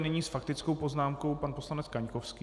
Nyní s faktickou poznámkou pan poslanec Kaňkovský.